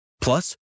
Plus